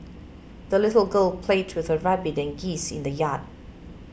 the little girl played with her rabbit and geese in the yard